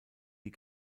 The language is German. die